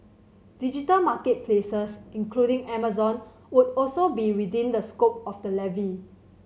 digital market places including Amazon would also be within the scope of the levy